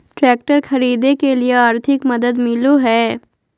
Tractor खरीदे के लिए आर्थिक मदद मिलो है?